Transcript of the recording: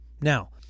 Now